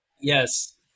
Yes